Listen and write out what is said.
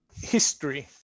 history